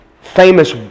famous